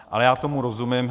Ale já tomu rozumím.